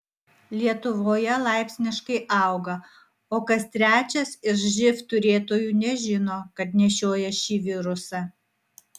lietuvoje laipsniškai auga o kas trečias iš živ turėtojų nežino kad nešioja šį virusą